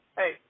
hey